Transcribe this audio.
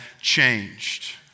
changed